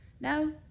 no